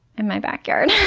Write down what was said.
in my backyard.